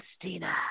Christina